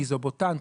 איזובוטן,